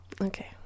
Okay